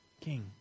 king